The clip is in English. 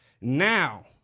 Now